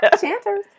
Chanters